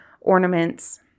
ornaments